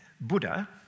Buddha